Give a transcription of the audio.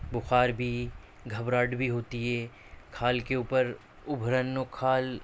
بُخار بھی گھبراہٹ بھی ہوتی ہے کھال کے اُوپر ابھرن اور کھال